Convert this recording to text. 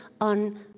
on